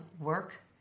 work